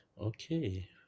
Okay